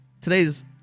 today's